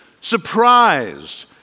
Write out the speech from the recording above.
Surprised